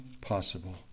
possible